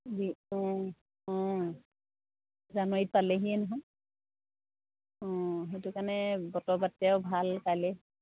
অঁ অঁ জানুৱাৰীত পালেহিয়ে নহয় অঁ সেইটো কাৰণে বতৰ বাতিও ভাল কাইলৈ